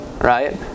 Right